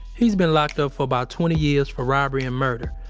he's been locked up for about twenty years for robbery and murder.